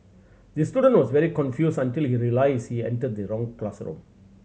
the student was very confused until he realised he entered the wrong classroom